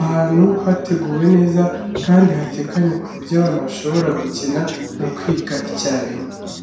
Ahantu hateguwe neza kandi hatekanye ku buryo abana bashobora gukina no kwiga icyarimwe.